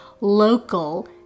local